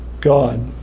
God